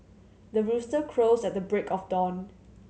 the rooster crows at the break of dawn